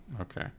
okay